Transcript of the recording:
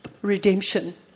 Redemption